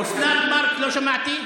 אוסנת מארק, לא שמעתי.